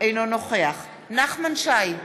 אינו נוכח נחמן שי,